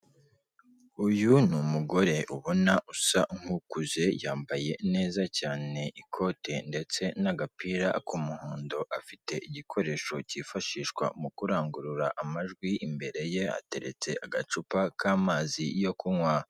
Uyu ni umugore ubona usa nk'ukuze yambaye neza cyane ikote ndetse n'agapira k'umuhondo afite igikoresho cyifashishwa mu kurangurura amajwi, imbere ye hateretse agacupa k'amazi yo kunywa.